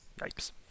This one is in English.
Yikes